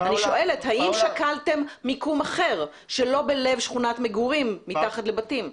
אני שואלת האם שקלתם מיקום אחר שלא בלב שכונת מגורים מתחת לבתים?